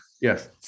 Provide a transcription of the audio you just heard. Yes